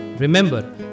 Remember